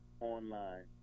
online